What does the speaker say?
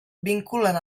vinculen